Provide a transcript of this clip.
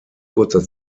kurzer